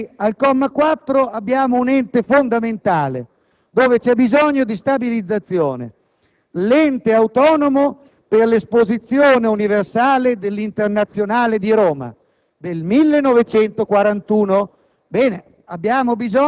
Quali sono questi enti in cui c'è veramente un bisogno incredibile di stabilizzazione? La Cassa depositi e prestiti, dove ci sono un sacco di precari, ovviamente tutti iscritti ai sindacati di sinistra,